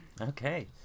Okay